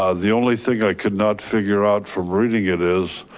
ah the only thing i could not figure out from reading it is